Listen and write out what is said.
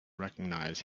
recognize